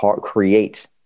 create